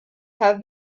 have